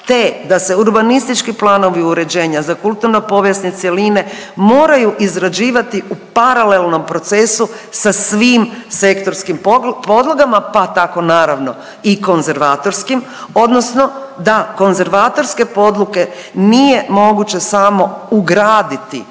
te da se urbanistički planovi uređenja za kulturno povijesne cjeline moraju izrađivati u paralelnom procesu sa svim sektorskim podlogama pa tako naravno i konzervatorskim odnosno da konzervatorske odluke nije moguće samo ugraditi